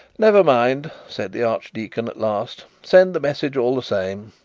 never mind said the archdeacon at last send the message all the same.